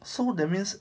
so that means